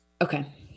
Okay